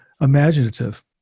imaginative